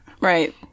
Right